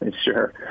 Sure